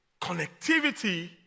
connectivity